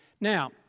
Now